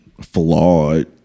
flawed